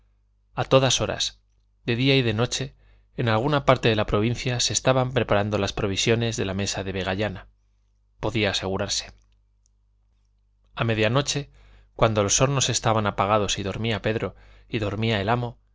a todas horas de día y de noche en alguna parte de la provincia se estaban preparando las provisiones de la mesa de vegallana podía asegurarse a media noche cuando los hornos estaban apagados y dormía pedro y dormía el amo